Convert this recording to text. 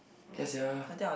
ya !sia!